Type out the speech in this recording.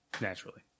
naturally